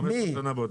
15 שנים.